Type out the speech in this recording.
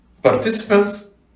Participants